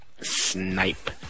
snipe